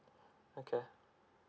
okay